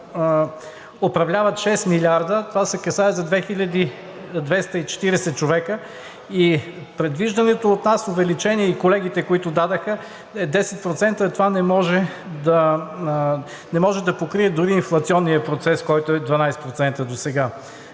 управляват 6 милиарда – касае се за 2240 човека. Предвижданото от нас увеличение и което колегите дадоха, е 10%. Това не може да покрие дори инфлационния процес, който е 12% досега.